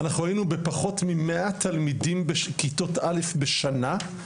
אנחנו היינו בפחות ממאה תלמידים בכיתות א' בשנה.